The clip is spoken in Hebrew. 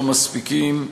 לא מספיקים,